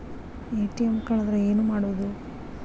ATM ಕಳದ್ರ ಏನು ಮಾಡೋದು?